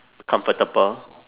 comfortable